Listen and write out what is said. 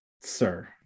sir